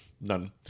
none